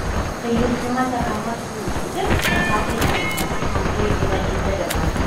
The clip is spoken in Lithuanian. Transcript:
kai jūs imate ką nors siūlyti pasakė lemanas man tuoj kyla įtarimas